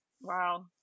Wow